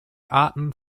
arten